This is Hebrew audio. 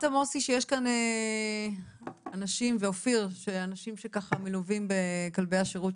יש כאן אנשים שמלווים בכלבי השירות.